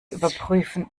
überprüfen